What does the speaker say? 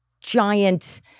giant